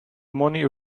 money